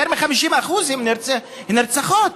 יותר מ-50% נרצחות.